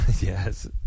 Yes